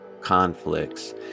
conflicts